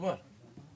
מכובד.